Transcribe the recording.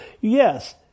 Yes